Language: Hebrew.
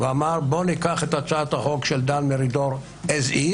ואמר: בוא ניקח את הצעת החוק של דן מרידור כפי שהיא,